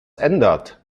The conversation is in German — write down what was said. ändert